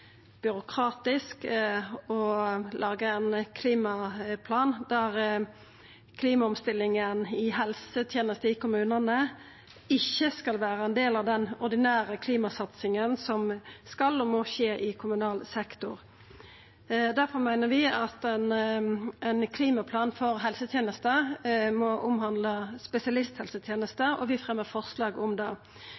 byråkratisk å laga ein klimaplan der klimaomstillinga i helsetenesta i kommunane ikkje skal vera ein del av den ordinære klimasatsinga som skal og må skje i kommunal sektor. Difor meiner vi at ein klimaplan for helsetenesta må omhandla